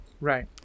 Right